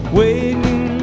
waiting